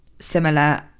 similar